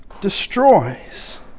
destroys